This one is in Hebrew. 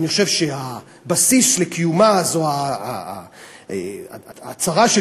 אני חושב שהבסיס לקיומה הוא הצהרה של